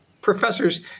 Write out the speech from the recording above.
professors